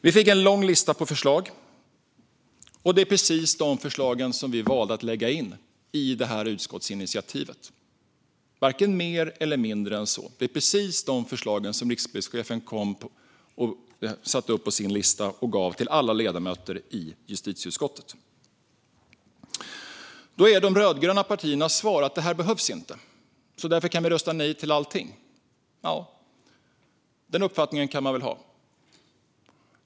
Vi fick en lång lista på förslag, och det är precis de förslagen vi valde att lägga in i det här utskottsinitiativet - varken mer eller mindre än så. Det är precis de förslag som rikspolischefen kom och satte upp på sin lista och gav till alla ledamöter i justitieutskottet. De rödgröna partiernas svar är att det här inte behövs och att vi därför kan rösta nej till allting. Den uppfattningen kan man väl ha.